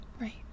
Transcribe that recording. Right